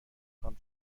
خوام